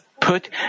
put